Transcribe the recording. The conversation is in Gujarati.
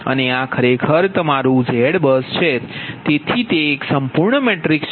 અને આ ખરેખર તમારું ZBUS છે તે એક સંપૂર્ણ મેટ્રિક્સ છે